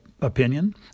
opinion